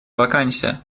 вакансия